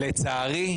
לצערי,